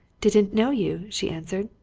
didn't know you, she answered.